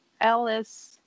Alice